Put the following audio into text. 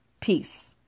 Peace